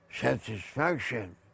satisfaction